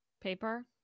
Paper